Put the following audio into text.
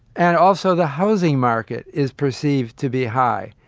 and also the housing market is perceived to be high.